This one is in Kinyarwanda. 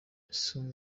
isumba